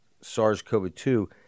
SARS-CoV-2